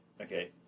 Okay